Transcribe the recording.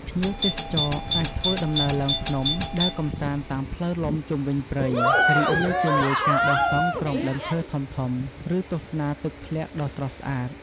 ភ្ញៀវទេសចរណ៍អាចធ្វើដំណើរឡើងភ្នំ ដើរកម្សាន្តតាមផ្លូវលំជុំវិញព្រៃ រីករាយជាមួយការបោះតង់ក្រោមដើមឈើធំៗ ឬទស្សនាទឹកធ្លាក់ដ៏ស្រស់ស្អាត។